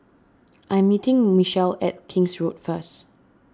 I'm meeting Michel at King's Road first